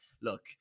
look